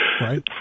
Right